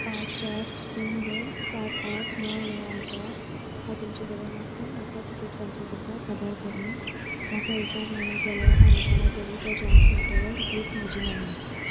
पांच चार तीन दोन सात आठ णव णव आसा हांव तुमचे कडेन म्हाका म्हाका टिकेट कॅन्सल करपाक आदार कर म्हूण म्हाका येवपाक मेळत जाल्यार आनी कोणा तरी तो चान्स मेळटलो इतलीच म्हजी मागणी